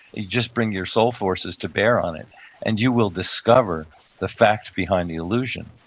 you just bring your soul forces to bear on it and you will discover the fact behind the illusion.